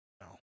No